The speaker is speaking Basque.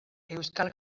euskal